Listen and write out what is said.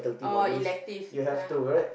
oh elective yeah uh